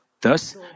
Thus